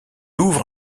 ouvre